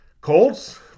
Colts